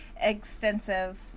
extensive